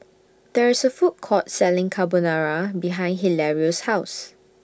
There IS A Food Court Selling Carbonara behind Hilario's House